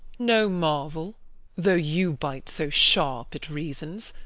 no marvel though you bite so sharp at reasons,